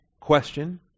question